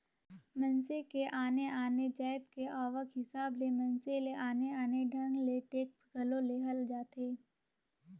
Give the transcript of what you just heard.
मइनसे के आने आने जाएत के आवक हिसाब ले मइनसे ले आने आने ढंग ले टेक्स घलो लेहल जाथे